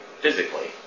physically